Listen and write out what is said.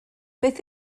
beth